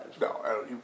No